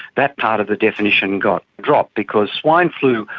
that part of the definition got dropped because swine flu,